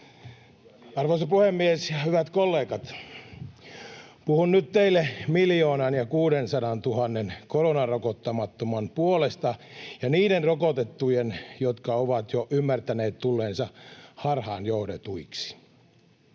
Arvoisa puhemies ja hyvät kollegat! Puhun nyt teille 1 600 000 koronarokottamattoman puolesta, ja niiden rokotettujen, jotka ovat jo ymmärtäneet tulleensa harhaan johdetuiksi.